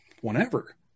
whenever